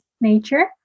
nature